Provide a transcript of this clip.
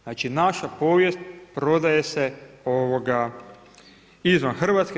Znači naša povijest prodaje se izvan Hrvatske.